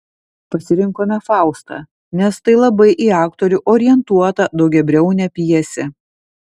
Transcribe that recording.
pasirinkome faustą nes tai labai į aktorių orientuota daugiabriaunė pjesė